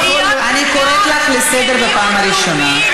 אני קוראת אותך לסדר בפעם הראשונה.